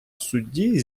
судді